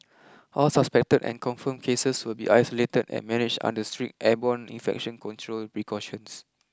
all suspected and confirmed cases will be isolated and managed under strict airborne infection control precautions